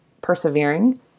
persevering